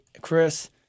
Chris